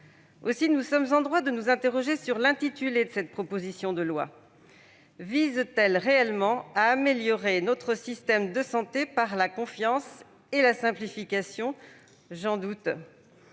nous sommes en droit de nous interroger sur l'intitulé de cette proposition de loi. Vise-t-elle réellement à améliorer notre système de santé par la confiance et la simplification ? J'en doute.